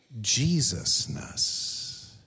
Jesusness